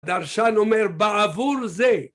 דרשן אומר בעבור זה!